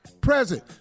present